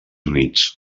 units